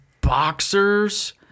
boxers